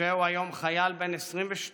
משה הוא היום חייל בן 22,